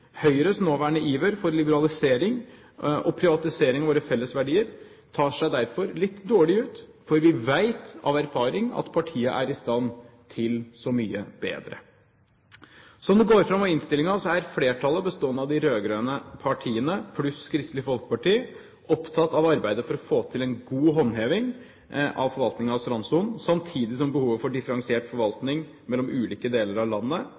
Høyres nåværende iver for liberalisering og privatisering av våre fellesverdier tar seg derfor litt dårlig ut, for vi vet av erfaring at partiet er i stand til så mye bedre. Som det går fram av innstillingen, er flertallet, bestående av de rød-grønne partiene pluss Kristelig Folkeparti, opptatt av arbeidet for å få til en god håndheving av forvaltningen av strandsonen, samtidig som behovet for differensiert forvaltning mellom ulike deler av landet